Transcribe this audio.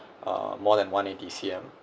uh more than one eighty C_M